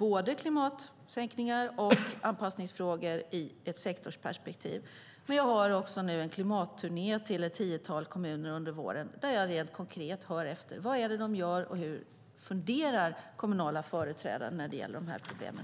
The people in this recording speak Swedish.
om klimatsänkningar och anpassningsfrågor i ett sektorsperspektiv. Den andra är en klimatturné till ett tiotal kommuner nu under våren där jag rent konkret hör efter vad de gör och hur kommunala företrädare funderar när det gäller de här problemen.